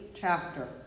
chapter